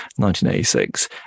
1986